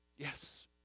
Yes